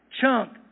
chunk